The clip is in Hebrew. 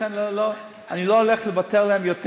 ולכן אני לא הולך לוותר להם יותר.